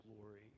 glory